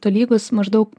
tolygus maždaug